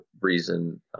reason